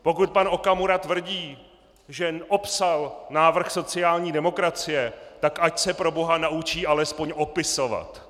Pokud pan Okamura tvrdí, že opsal návrh sociální demokracie, tak ať se proboha naučí alespoň opisovat!